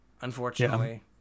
unfortunately